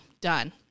done